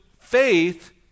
faith